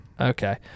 okay